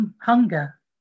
hunger